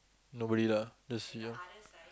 nobody lah just you know